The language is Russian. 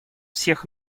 всех